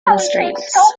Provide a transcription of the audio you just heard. constraints